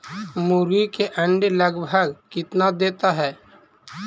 मुर्गी के अंडे लगभग कितना देता है?